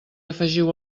afegiu